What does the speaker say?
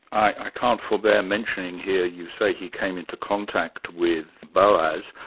i can't forebear mentioning here, you say he came into contact with boas,